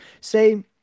say